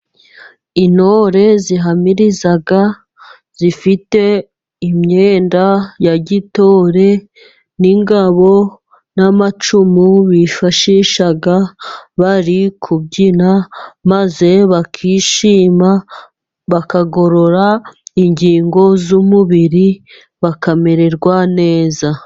Intore zihamiriza, zifite imyenda ya gitore n'ingabo n'amacumu bifashisha bari kubyina maze bakishima, bakagorora ingingo z'umubiri, bakamererwa neza.